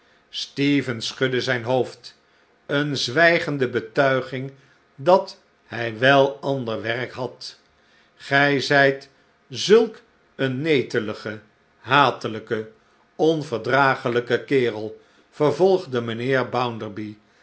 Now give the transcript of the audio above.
stephen schudde zijn hoofd een zwijgende betuiging dat hij wel ander werk had gij zijt zulk een netelige hatelijke onverdraag'lijk'e kerel vervolgde mijnheer